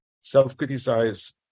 self-criticize